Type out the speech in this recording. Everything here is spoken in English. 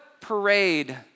parade